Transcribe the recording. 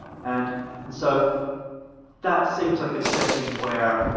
and and so that seems like a setting where,